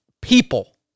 people